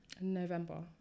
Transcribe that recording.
November